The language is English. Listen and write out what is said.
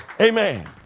amen